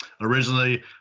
originally